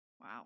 Wow